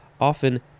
often